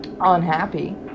unhappy